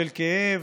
של כאב,